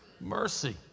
mercy